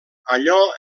allò